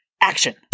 Action